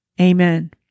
Amen